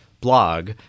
blog